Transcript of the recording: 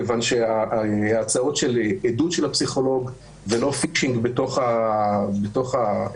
מכיוון שעדות של הפסיכולוג ולא פישינג בתוך הפרוטוקולים,